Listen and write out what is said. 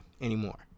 anymore